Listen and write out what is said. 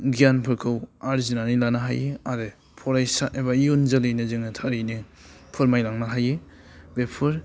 गियानफोरखौ आरजिनानै लानो हायो आरो फरायसा एबा इयुन जोलैनो जोङो थारैनो फोरमायलांनो हायो बेफोर